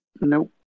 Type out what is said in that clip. Nope